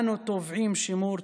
אנו תובעים שימור,